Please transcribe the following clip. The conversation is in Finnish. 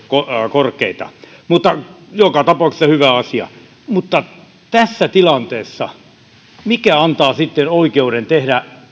korkeita mutta joka tapauksessa hyvä asia mutta mikä tässä tilanteessa antaa sitten oikeuden tehdä